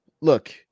look